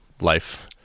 life